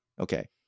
Okay